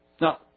Now